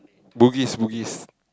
Bugis Bugis